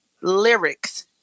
lyrics